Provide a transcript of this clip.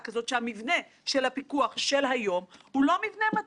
מתקיים בכל העולם: האם יכולים לדור בכפיפה אחת